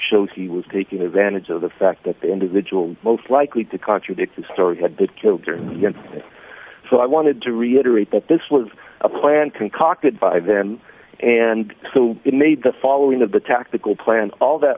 show he was taking advantage of the fact that the individual most likely to contradict the story had been killed there so i wanted to reiterate that this was a plan concocted by then and so it made the following of the tactical plan all that